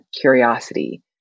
curiosity